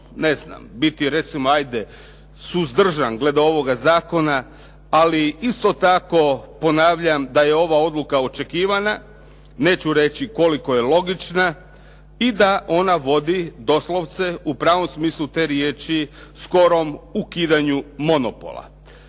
osobno biti recimo suzdržan glede ovoga zakona ali isto tako ponavljam da je ova odluka očekivana, neću reći koliko je logična i da ona vodi doslovce u pravnom smislu te riječi skorom ukidanju monopola.